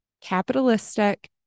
capitalistic